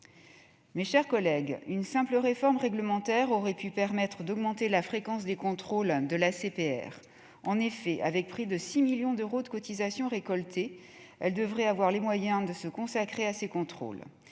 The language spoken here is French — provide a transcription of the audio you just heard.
avec ce texte. Une simple réforme réglementaire aurait pu permettre d'augmenter la fréquence des contrôles de l'ACPR. En effet, avec près de 6 millions d'euros de cotisations récoltées, elle devrait avoir les moyens de se consacrer à ces contrôles.